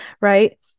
right